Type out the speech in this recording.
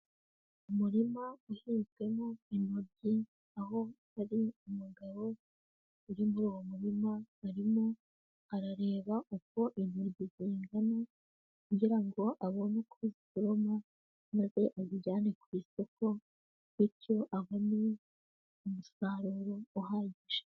Umurima uhinzwemo intoryi, aho hari umugabo uri muri uwo murima, arimo arareba uko intoryi zingana kugira ngo abone uko azisoroma maze azijyane ku isoko, bityo abone umusaruro uhagije.